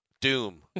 doom